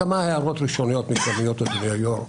כמה הערות ראשוניות מקדמיות על דברי היושב-ראש.